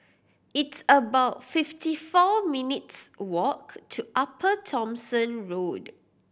it's about fifty four minutes' walk to Upper Thomson Road